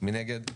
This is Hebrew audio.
מי נגד?